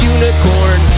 Unicorn